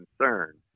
concern